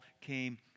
came